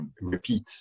repeat